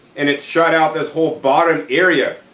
and it's shot out this whole bottom area.